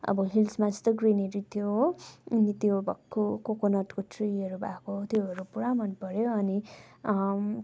अब हिल्समा जस्तै ग्रिनेरी थियो हो अनि त्यो भक्कु कोकोनटको ट्रिहरू भएको त्योहरू पुरा मन पऱ्यो अनि